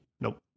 Nope